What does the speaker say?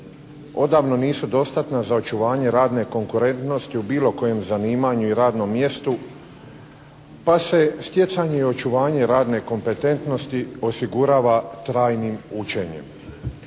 odavno nisu dostatna za očuvanje radne konkurentnosti u bilo kojem zanimanju i radnom mjestu pa se stjecanje i očuvanje radne kompetentnosti osigurava trajnim učenjem.